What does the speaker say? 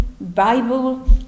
Bible